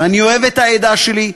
ואני אוהב את העדה שלי,